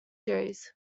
series